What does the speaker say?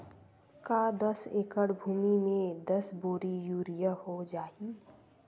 का दस एकड़ भुमि में दस बोरी यूरिया हो जाही?